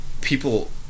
People